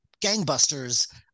gangbusters